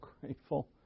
grateful